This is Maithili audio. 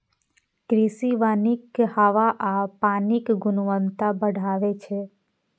कृषि वानिक हवा आ पानिक गुणवत्ता बढ़बै छै